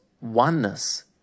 oneness